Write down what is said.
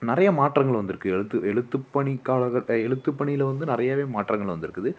நிறையா மாற்றங்கள் வந்துருக்கு எழுத்து எழுத்துப்பணிக்காலங் எழுத்துப் பணியில் வந்து நிறையவே மாற்றங்கள் வந்திருக்குது